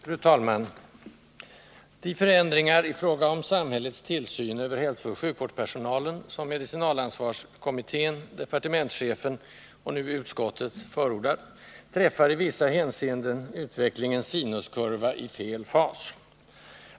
Fru talman! De förändringar i fråga om samhällets tillsyn över hälsooch sjukvårdspersonalen som medicinalansvarskommittén, departementschefen och nu utskottet förordar, träffar i vissa hänseenden utvecklingens sinuskurvaii fel fas.